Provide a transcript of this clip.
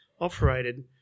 operated